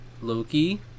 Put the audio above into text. Loki